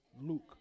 Luke